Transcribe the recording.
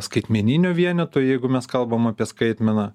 skaitmeninio vieneto jeigu mes kalbam apie skaitmeną